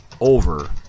over